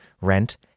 rent